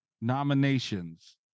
nominations